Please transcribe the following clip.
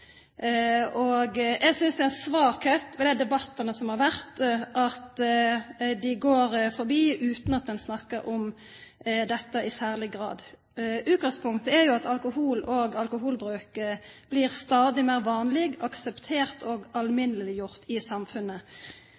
Jeg synes det er en svakhet ved de debattene som har vært, at en går forbi dette og ikke snakker om det i særlig grad. Utgangspunktet er jo at alkohol og alkoholbruk blir stadig mer vanlig, akseptert og alminneliggjort i samfunnet.